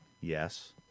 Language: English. Yes